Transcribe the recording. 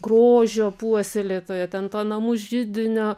grožio puoselėtoja ten to namų židinio